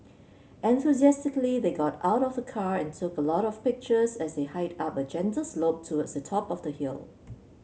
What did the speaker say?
enthusiastically they got out of the car and took a lot of pictures as they hiked up a gentle slope towards the top of the hill